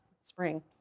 spring